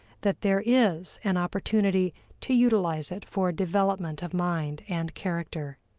that there is an opportunity to utilize it for development of mind and character.